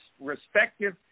respective